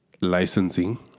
licensing